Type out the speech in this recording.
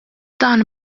dan